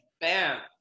Bam